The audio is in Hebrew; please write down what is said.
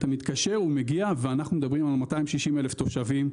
אתה מתקשר הוא מגיע ואנחנו מדברים על 260,000 תושבים,